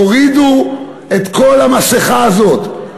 תורידו את כל המסכה הזאת,